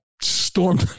storm